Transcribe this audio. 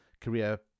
Career